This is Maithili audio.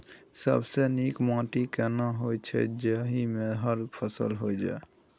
सबसे नीक माटी केना होय छै, जाहि मे हर फसल होय छै?